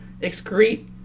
excrete